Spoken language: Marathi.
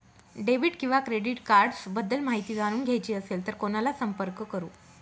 डेबिट किंवा क्रेडिट कार्ड्स बद्दल माहिती जाणून घ्यायची असेल तर कोणाला संपर्क करु?